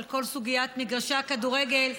על כל סוגיית מגרשי הכדורגל והכדורסל,